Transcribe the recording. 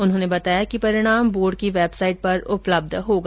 उन्होंने बताया कि परिणाम बोर्ड की वेबसाइट पर उपलब्ध होगा